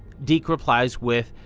deke replies with,